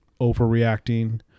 overreacting